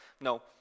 No